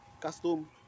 custom